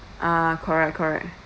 ah correct correct